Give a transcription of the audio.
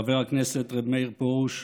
חבר הכנסת רֶבּ מאיר פרוש,